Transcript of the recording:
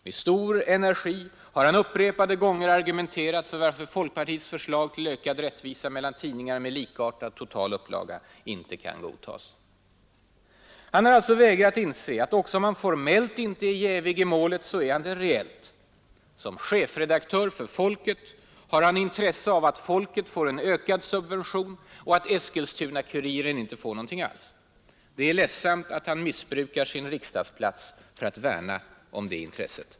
Med stor energi har han upprepade gånger argumenterat för varför folkpartiets förslag till ökad rättvisa mellan tidningar med likartad total upplaga inte kan godtas. Han har alltså vägrat inse att också om han formellt inte är jävig i målet så är han det reellt. Som chefredaktör för Folket har han intresse av att Folket får en ökad subvention och att Eskilstuna-Kuriren inte får någonting. Det är ledsamt att han missbrukar sin riksdagsplats för att värna om det intresset.